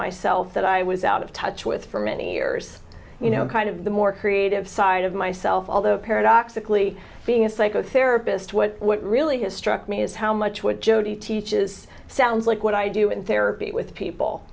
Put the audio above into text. myself that i was out of touch with for many years you know kind of the more creative side of myself all the paradoxically being a psychotherapist what really has struck me is how much what jodi teaches sounds like what i do in therapy with people